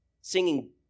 Singing